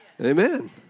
Amen